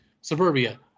suburbia